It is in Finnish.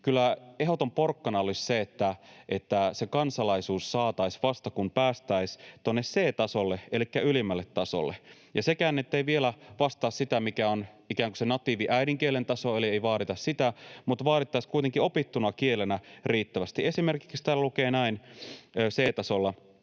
ehdoton porkkana olisi se, että kansalaisuus saataisiin vasta, kun päästäisiin tuonne c-tasolle elikkä ylimmälle tasolle. Ja sekään ei vielä vastaa sitä, mikä on ikään kuin se natiivi äidinkielen taso — eli ei vaadita sitä, mutta vaadittaisiin kuitenkin opittuna kielenä riittävästi. Esimerkiksi täällä lukee näin c-tasolla: